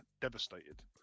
devastated